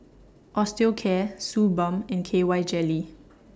Osteocare Suu Balm and K Y Jelly